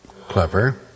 Clever